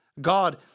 God